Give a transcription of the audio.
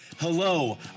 Hello